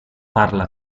parla